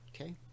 okay